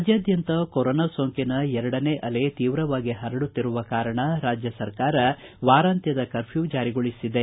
ರಾಜ್ಡಾದ್ದಂತ corona ಸೋಂಕಿನ ಎರಡನೇ ಅಲೆ ತೀವ್ರವಾಗಿ ಪರಡುತ್ತಿರುವ ಕಾರಣ ರಾಜ್ಯ ಸರ್ಕಾರ ವಾರಾಂತ್ವದ ಕರ್ಫ್ಟೂ ಜಾರಿಗೊಳಿಸಿದೆ